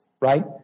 right